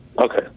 Okay